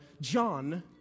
John